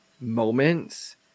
moments